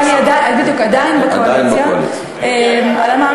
הם עדיין בקואליציה, סגן